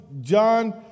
John